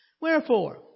Wherefore